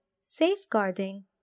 safeguarding